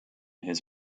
his